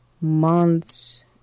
months